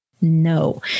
no